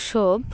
ᱥᱚᱵ